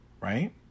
right